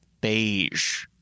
beige